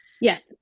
Yes